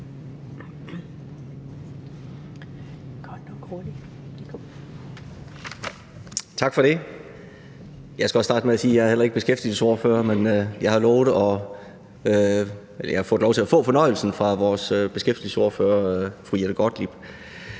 Tak for det. Jeg skal også starte med at sige, at jeg heller ikke er beskæftigelsesordfører, men jeg har på vegne af vores beskæftigelsesordfører, fru Jette Gottlieb,